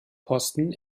posten